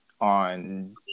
on